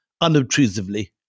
unobtrusively